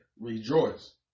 rejoice